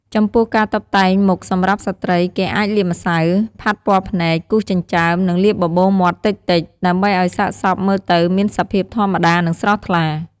ចំពោះការតុបតែងមុខសម្រាប់ស្ត្រីគេអាចលាបម្សៅ ផាត់ពណ៌ភ្នែក គូសចិញ្ចើម និងលាបបបូរមាត់តិចៗ ដើម្បីឱ្យសាកសពមើលទៅមានសភាពធម្មតា និងស្រស់ថ្លា។